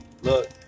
look